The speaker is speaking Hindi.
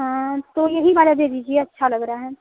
हाँ तो यही वाला दे दीजिए अच्छा लग रहा है